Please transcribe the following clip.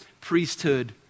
priesthood